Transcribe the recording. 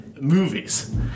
movies